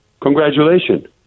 Congratulations